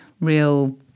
real